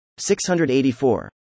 684